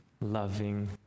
loving